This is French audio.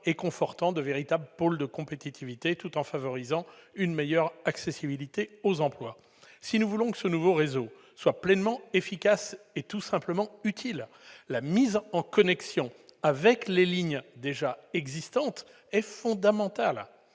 en confortant de véritables pôles de compétitivité, tout en améliorant l'accessibilité des emplois. Si nous voulons que ce nouveau réseau soit pleinement efficace et tout simplement utile, la mise en connexion avec les lignes déjà existantes est fondamentale.